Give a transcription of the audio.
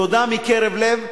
תודה מקרב לב,